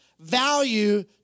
value